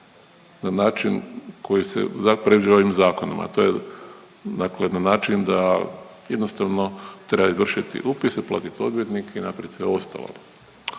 na način koji se, za, predviđen ovim Zakonom, a to je dakle na način da jednostavno treba izvršiti upis, platiti odvjetnike i napravit sve ostalo.